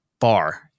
bar